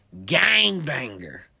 Gangbanger